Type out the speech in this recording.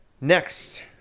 next